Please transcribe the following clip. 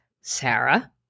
Sarah